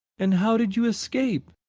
and how did you escape?